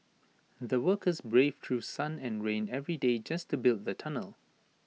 the workers braved through sun and rain every day just to build the tunnel